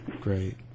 Great